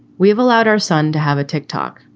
we have allowed our son to have a tick tock,